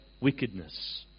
wickedness